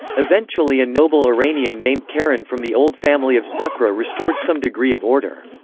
eventually a noble iranian named karen from the old family of sukhra restored some degree of order.